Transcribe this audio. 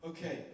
Okay